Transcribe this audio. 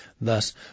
Thus